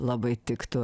labai tiktų